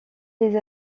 les